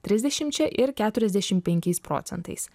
trisdešimčia ir keturiasdešim penkiais procentais